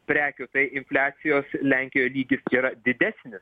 prekių tai infliacijos lenkijoj lygis yra didesnis